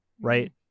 Right